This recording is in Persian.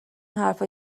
حرفا